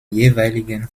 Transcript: jeweiligen